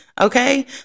okay